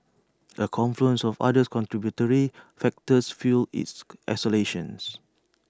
A confluence of other contributory factors fuelled its escalation